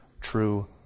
true